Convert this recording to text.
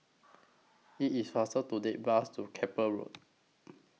IT IS faster to Take Bus to Keppel Road